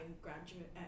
graduate